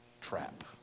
trap